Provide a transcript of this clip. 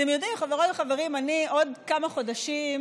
אתם יודעים, חברים וחברות, בעוד כמה חודשים